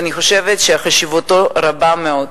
ואני חושבת שחשיבותו רבה מאוד.